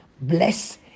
bless